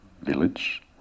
village